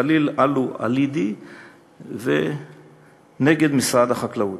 חליל אלואלידי נגד משרד החקלאות.